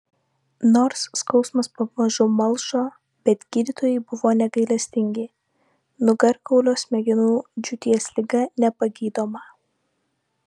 nors skausmas pamažu malšo bet gydytojai buvo negailestingi nugarkaulio smegenų džiūties liga nepagydoma